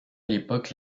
l’époque